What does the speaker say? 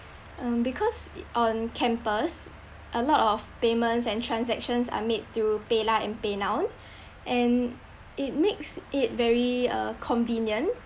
um because on campus a lot of payments and transactions are made through paylah and paynow and it makes it very uh convenient